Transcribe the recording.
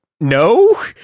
no